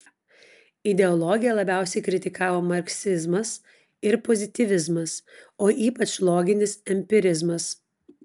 ideologiją labiausiai kritikavo marksizmas ir pozityvizmas o ypač loginis empirizmas